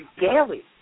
daily